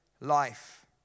life